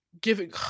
giving